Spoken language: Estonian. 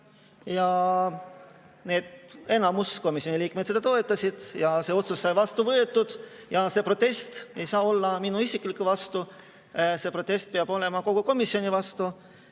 toetasid. Enamus komisjoni liikmeid seda toetas ja see otsus sai vastu võetud. Ja see protest ei saa olla minu isiku vastu, see protest peab olema kogu komisjoni vastu.